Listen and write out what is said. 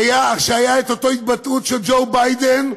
כשהייתה אותה התבטאות של ג'ו ביידן בזמנו,